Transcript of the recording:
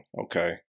okay